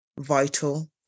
vital